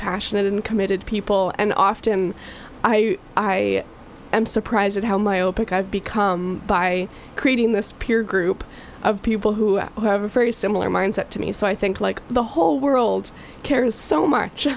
passionate and committed people and often i am surprised at how my own pick i've become by creating this peer group people who have a very similar mindset to me so i think like the whole world cares so much